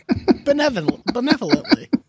benevolently